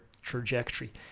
trajectory